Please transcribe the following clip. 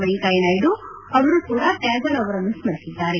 ವೆಂಕಯ್ಲ ನಾಯ್ದು ಅವರೂ ಕೂಡ ಟ್ವಾಗೂರ್ ಅವರನ್ನು ಸ್ಲರಿಸಿದ್ದಾರೆ